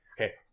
Okay